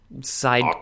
side